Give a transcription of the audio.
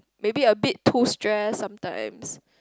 maybe a bit too stress sometimes